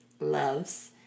loves